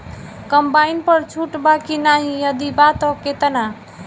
Combine पर छूट बा की नाहीं यदि बा त केतना?